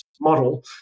model